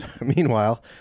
meanwhile